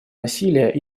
насилия